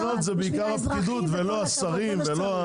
בעיקר הפקידות ולא השרים.